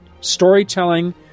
storytelling